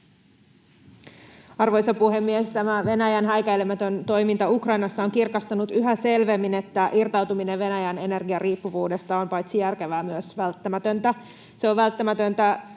Arvoisa puhemies! Tämä Venäjän häikäilemätön toiminta Ukrainassa on kirkastanut yhä selvemmin, että irtautuminen Venäjän energiariippuvuudesta on paitsi järkevää myös välttämätöntä.